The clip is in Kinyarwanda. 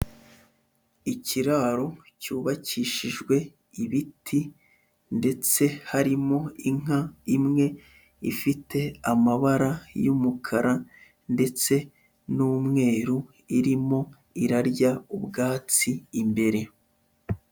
Ikiraro cyubakishijwe ibiti ndetse harimo inka imwe ifite amabara y'umukara ndetse n'umweru, irimo irarya ubwatsi imbere.